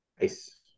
Nice